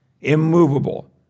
immovable